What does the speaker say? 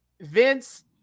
Vince